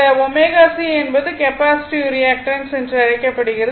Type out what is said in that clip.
இந்த ω C என்பது capacitive reactance என்று அழைக்கப்படுகிறது